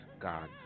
God